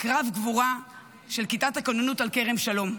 בקרב גבורה של כיתת הכוננות על כרם שלום.